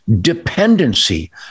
dependency